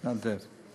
מתנדב.